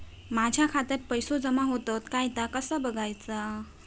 माझ्या खात्यात पैसो जमा होतत काय ता कसा बगायचा?